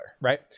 Right